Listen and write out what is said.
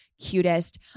cutest